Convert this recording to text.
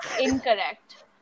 Incorrect